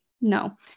No